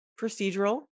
procedural